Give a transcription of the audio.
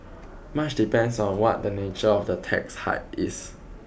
much depends on what the nature of the tax hike is